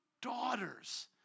daughters